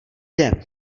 den